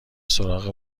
سراغ